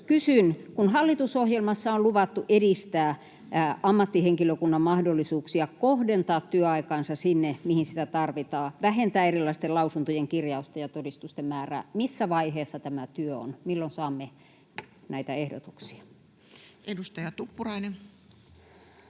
kysyn: kun hallitusohjelmassa on luvattu edistää ammattihenkilökunnan mahdollisuuksia kohdentaa työaikaansa sinne, mihin sitä tarvitaan, vähentää erilaisten lausuntojen kirjausta ja todistusten määrää, missä vaiheessa tämä työ on? Milloin saamme näitä